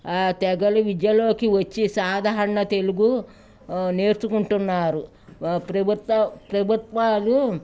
ఆ తెగలు విద్యలోకి వచ్చి సాధారరణ తెలుగు నేర్చకుంటున్నారు ప్రభుత్వ ప్రభుత్వాలు